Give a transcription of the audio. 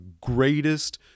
greatest